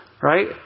Right